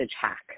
hack